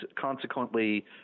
consequently